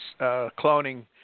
cloning